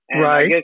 Right